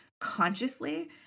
consciously